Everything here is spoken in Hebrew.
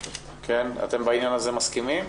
אתם מסכימים?